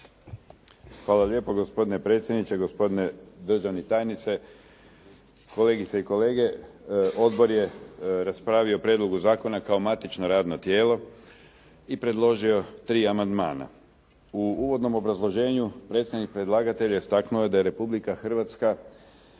Hvala lijepo gospodine predsjedniče. Gospodine državni tajniče, kolegice i kolege. Odbor je raspravio o prijedlogu zakona kao matično radno tijelo i predložio tri amandmana. U uvodnom obrazloženju predstavnik predlagatelja istaknuo je da je Republika Hrvatska